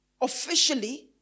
officially